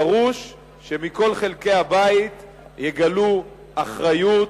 דרוש שמכל חלקי הבית יגלו אחריות,